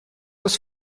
was